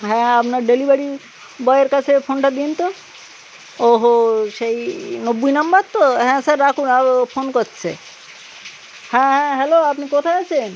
হ্যাঁ আপনার ডেলিভারি বয়ের কাছে ফোনটা দিন তো ও হো সেই নব্বই নম্বর তো হ্যাঁ স্যার রাখুন আর ও ফোন করছে হ্যাঁ হ্যাঁ হ্যালো আপনি কোথায় আছেন